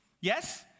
Yes